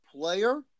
player